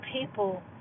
people